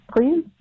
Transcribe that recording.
Please